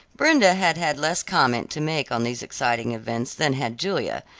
brenda had had less comment to make on these exciting events than had julia,